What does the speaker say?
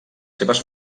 seves